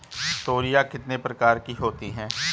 तोरियां कितने प्रकार की होती हैं?